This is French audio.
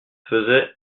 faisant